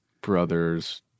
brothers